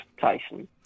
Tyson